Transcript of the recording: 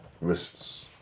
wrists